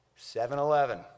7-Eleven